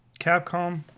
Capcom